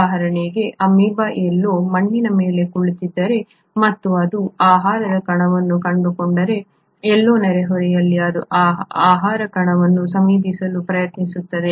ಉದಾಹರಣೆಗೆ ಅಮೀಬಾವು ಎಲ್ಲೋ ಮಣ್ಣಿನ ಮೇಲೆ ಕುಳಿತಿದ್ದರೆ ಮತ್ತು ಅದು ಆಹಾರದ ಕಣವನ್ನು ಕಂಡುಕೊಂಡರೆ ಎಲ್ಲೋ ನೆರೆಹೊರೆಯಲ್ಲಿ ಅದು ಆ ಆಹಾರ ಕಣವನ್ನು ಸಮೀಪಿಸಲು ಪ್ರಯತ್ನಿಸುತ್ತದೆ